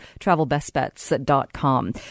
TravelBestBets.com